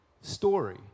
story